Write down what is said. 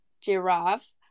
giraffe